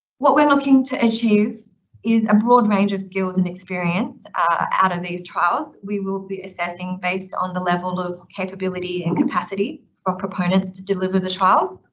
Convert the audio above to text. what we're looking to achieve is a broad range of skills and experience out of these trials, we will be assessing based on the level of capability and capacity of proponents to deliver the trials,